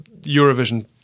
Eurovision